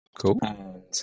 Cool